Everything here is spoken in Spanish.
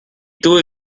tuve